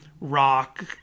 rock